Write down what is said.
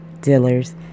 Dealers